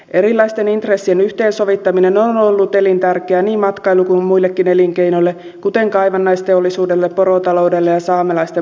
erilaisten intressien yhteensovittaminen on ollut elintärkeää niin matkailu kuin muillekin elinkeinoille kuten kaivannaisteollisuudelle porotaloudelle ja saamelaisten maankäyttöoikeuksille